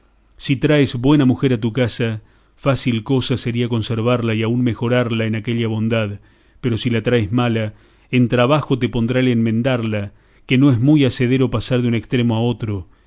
si traes buena mujer a tu casa fácil cosa sería conservarla y aun mejorarla en aquella bondad pero si la traes mala en trabajo te pondrá el enmendarla que no es muy hacedero pasar de un estremo a otro